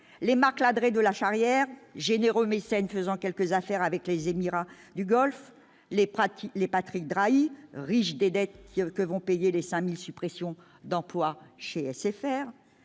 les Marc Ladreit de Lacharrière généreux mécènes faisant quelques affaires avec les Émirats du Golfe, les pratiques les Patrick Drahi, riche des dettes que vont payer les 5000 suppressions d'emplois chez SFR